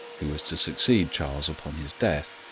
who was to succeed charles upon his death,